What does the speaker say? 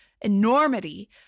enormity